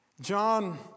John